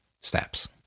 steps